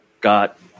got